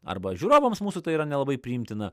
arba žiūrovams mūsų tai yra nelabai priimtina